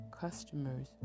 Customers